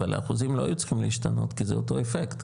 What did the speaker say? אבל האחוזים לא היו צריכים להשתנות כי זה אותו אפקט.